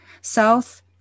south